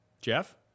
Jeff